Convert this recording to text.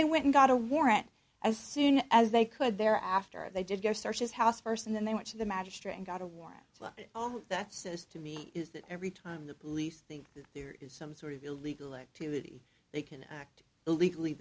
they went and got a warrant as soon as they could there after they did go search his house first and then they went to the magistrate and got a warrant that says to me is that every time the police think that there is some sort of illegal activity they can act illegally